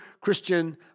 Christian